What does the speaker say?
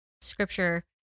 scripture